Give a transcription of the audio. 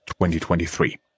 2023